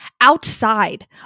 outside